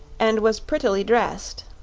and was prettily dressed,